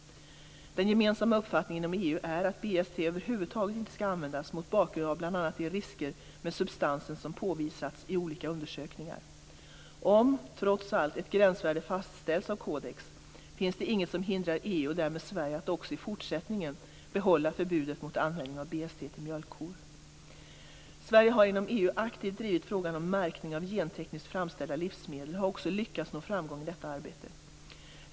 Den gemensamma uppfattningen inom EU är att BST över huvud taget inte skall användas mot bakgrund av bl.a. de risker med substansen som påvisats i olika undersökningar. Om, trots allt, ett gränsvärde fastställs av Codex, finns det inget som hindrar EU och därmed Sverige att också i fortsättningen behålla förbudet mot användning av BST för mjölkkor. Sverige har inom EU aktivt drivit frågan om märkning av gentekniskt framställda livsmedel och har också lyckats nå framgång i detta arbete.